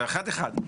רגע, אחד אחד.